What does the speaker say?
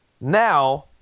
now